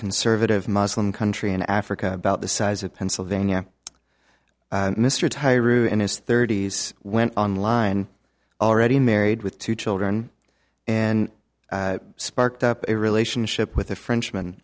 conservative muslim country in africa about the size of pennsylvania mr ty ruined his thirty's went online already married with two children and sparked up a relationship with a frenchm